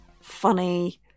funny